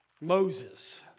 Moses